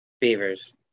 Beavers